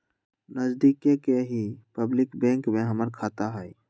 नजदिके के ही पब्लिक बैंक में हमर खाता हई